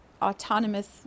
autonomous